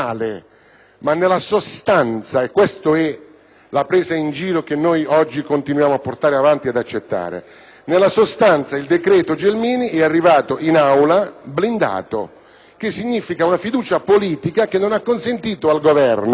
ma nella sostanza (e questa è la presa in giro che noi oggi continuiamo a portare avanti e ad accettare), il decreto è arrivato in Aula blindato (il che significa fiducia politica), non consentendo al Governo